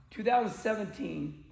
2017